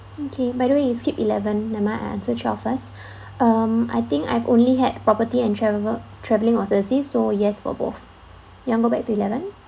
okay by the way you skip eleven never mind I jump twelve first um I think I've only had property and traveller travelling overseas yes for both you want to go back to eleven